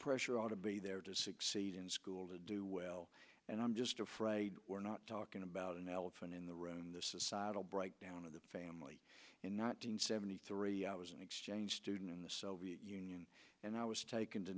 pressure ought to be there to succeed in school to do well and i'm just afraid we're not talking about an elephant in the room the societal breakdown of the family and not being seventy three i was an exchange student in the soviet union and i was taken t